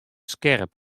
skerp